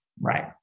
Right